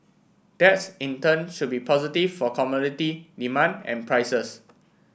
that's in turn should be positive for commodity demand and prices